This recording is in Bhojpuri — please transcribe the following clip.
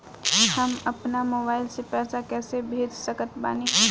हम अपना मोबाइल से पैसा कैसे भेज सकत बानी?